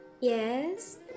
Yes